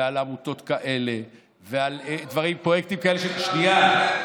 ועל עמותות כאלה, ועל פרויקטים כאלה, שנייה.